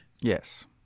Yes